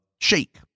shake